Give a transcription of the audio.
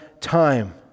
time